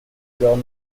girl